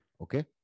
okay